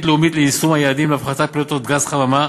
לאומית ליישום היעדים להפחתת פליטות גז חממה